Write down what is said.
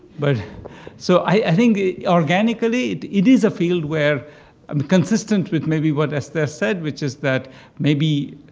but so i think organically, it it is a field where um consistent with maybe what esther said, which is that maybe